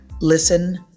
Listen